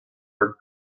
our